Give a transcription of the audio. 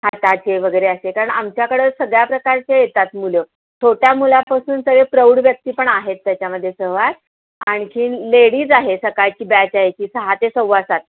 हाताचे वगैरे असे कारण आमच्याकडं सगळ्या प्रकारचे येतात मुलं छोट्या मुलापासून ते प्रौढ व्यक्ती पण आहेत त्याच्यामध्ये सहवा आणखीन लेडीज आहे सकाळची ब्याच आहे ती सहा ते सव्वा सात